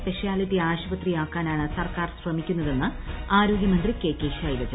speciality ആശുപത്രിയാക്കാന്റാണ് സർക്കാർ ശ്രമിക്കുന്നതെന്ന് ആരോഗ്യമന്ത്രിക്ക് കെ ശൈലജ